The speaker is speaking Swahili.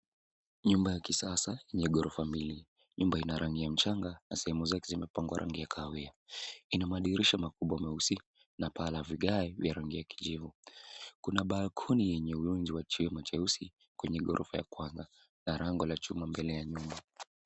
Nyumba ya kisasa yenye gorofa mbili. Nyumba ina rangi ya mchanga na sehemu zake zimepangwa rangi ya kahawia. Ina madirisha makubwa meusi na paa la vigae vya rangi ya kijivu. Kuna balcony yenye viunzi wa chuma cheusi na lango la chuma mbele ya nyumba.